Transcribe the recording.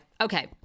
Okay